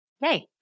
Hey